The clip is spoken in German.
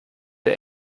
der